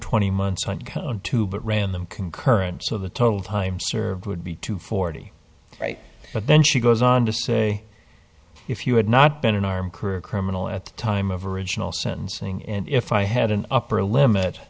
twenty months into but random concurrent so the total time served would be two forty right but then she goes on to say if you had not been an armed career criminal at the time of original sentencing and if i had an upper limit